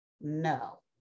No